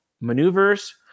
maneuvers